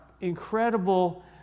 incredible